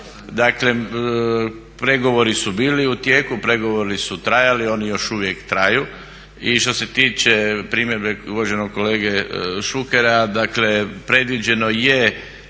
Dakle pregovori su bili u tijeku, pregovori su trajali, oni još uvijek traju. I što se tiče primjedbe uvaženog kolege Šukera, dakle predviđeno je